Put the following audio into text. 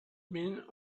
been